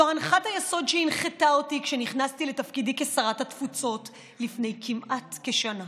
זו הנחת היסוד שהנחתה אותי כשנכנסתי לתפקיד שרת התפוצות לפני כמעט שנה: